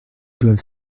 doivent